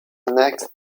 next